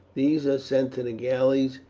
these are sent to the galleys,